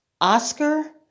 Oscar